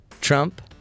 Trump